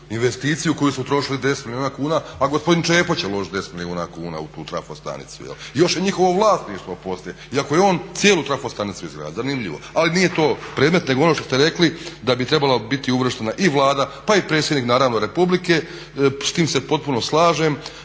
investiciju u koju su utrošili 10 milijuna kuna, a gospodin Čepo će uložit 10 milijuna kuna u tu trafostanicu. Još je njihovo vlasništvo poslije, iako je on cijelu trafostanicu izgradio. Zanimljivo. Ali nije to predmet nego ono što ste rekli da bi trebala biti uvrštena i Vlada pa i predsjednik naravno Republike, s tim se potpuno slažem.